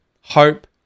hope